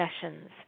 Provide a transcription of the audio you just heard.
sessions